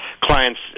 clients